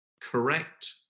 correct